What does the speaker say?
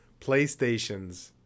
Playstations